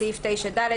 בסעיף 9(ד),